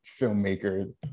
filmmaker